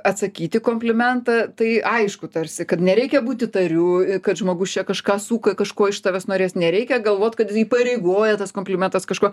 atsakyt į komplimentą tai aišku tarsi kad nereikia būt įtariu kad žmogus čia kažką suka kažko iš tavęs norės nereikia galvot kad įpareigoja tas komplimentas kažkuo